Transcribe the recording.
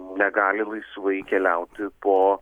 negali laisvai keliauti po